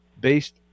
based